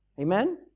Amen